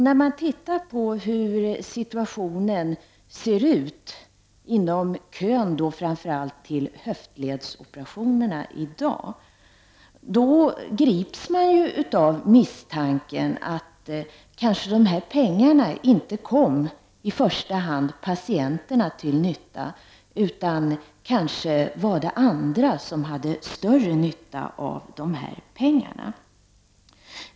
När man tittar på hur situationen i dag ser ut, framför allt när det gäller kön till höftledsoperationer, grips man av misstanken att pengarna kanske inte i första hand kom patienterna till nytta utan att det kanske i stället var andra som hade större nytta av dem.